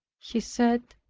he said,